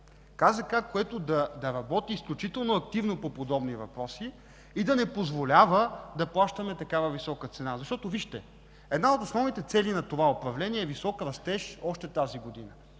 КЗК, която да работи изключително активно по подобни въпроси и да не позволява да плащаме такава висока цена. Една от основните цели на това управление е висок растеж още тази година.